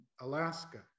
Alaska